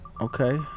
okay